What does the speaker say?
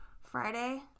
Friday